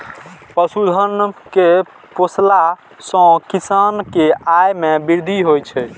पशुधन कें पोसला सं किसान के आय मे वृद्धि होइ छै